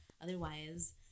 otherwise